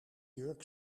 jurk